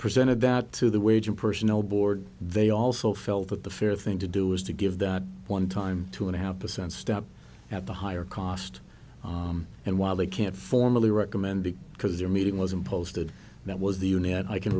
presented that to the wage and personnel board they also felt that the fair thing to do was to give that one time to and have percent step at the higher cost and while they can't formally recommend it because they're meeting wasn't posted that was the unit i can